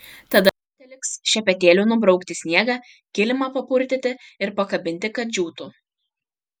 tada teliks šepetėliu nubraukti sniegą kilimą papurtyti ir pakabinti kad džiūtų